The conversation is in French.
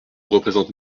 représentent